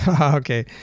okay